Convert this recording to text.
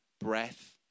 breath